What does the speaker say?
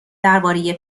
درباره